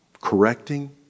correcting